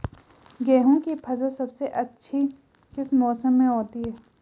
गेहूँ की फसल सबसे अच्छी किस मौसम में होती है